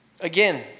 Again